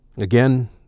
Again